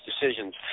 decisions